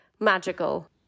magical